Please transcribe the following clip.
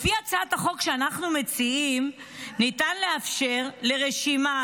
לפי הצעת החוק שאנחנו מציעים ניתן לאפשר לרשימה,